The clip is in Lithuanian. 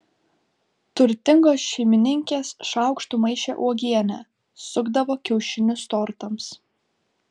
turtingos šeimininkės šaukštu maišė uogienę sukdavo kiaušinius tortams